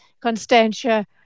Constantia